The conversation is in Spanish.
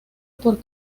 por